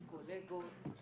מקולגות.